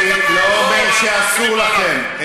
אני לא אומר שאסור לכם.